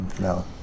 No